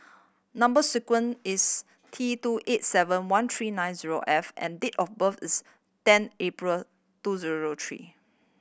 number sequence is T two eight seven one three nine zero F and date of birth is ten April two zero zero three